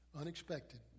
unexpected